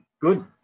good